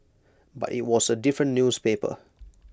but IT was A different newspaper